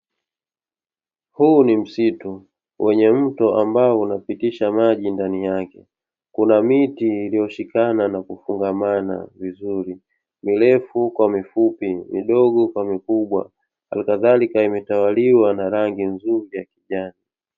Huu ni msitu, wenye mto ambao unapitisha maji ndani yake. Kuna miti iliyoshikana na kufungamana vizuri, mirefu kwa mifupi midogo kwa mikubwa, alikadhalika imetawaliwa kwa rangi nzuri ya kijani.